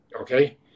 okay